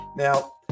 Now